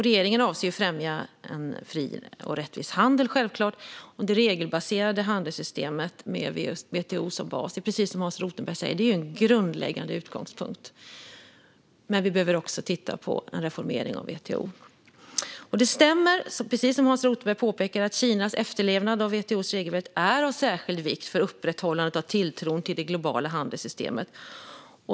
Regeringen avser självklart att främja en fri och rättvis handel, och det regelbaserade handelssystemet - med WTO som bas - är precis som Hans Rothenberg säger en grundläggande utgångspunkt. Vi behöver dock även titta på en reformering av WTO. Som Hans Rothenberg påpekar är Kinas efterlevnad av WTO:s regelverk av särskild vikt för upprätthållandet av tilltron till det globala handelssystemet.